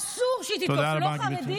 אסור שהיא תדפוק לא חרדים,